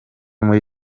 muri